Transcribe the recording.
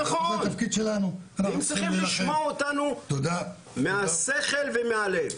הם צריכים לשמוע אותנו מהשכל ומהלב.